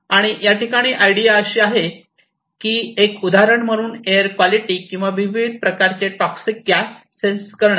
आणि याठिकाणी आयडिया अशी आहे की एक उदाहरण म्हणून एअर क्वलिटी किंवा विविध प्रकारचे चे टॉक्सिक गॅस सेन्स करणे